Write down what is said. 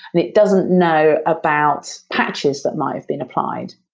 it doesn't know about patches that might have been applied,